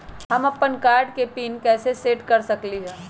हम अपन कार्ड के पिन कैसे सेट कर सकली ह?